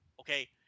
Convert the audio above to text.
okay